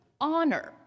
honor